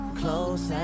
close